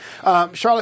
Charlotte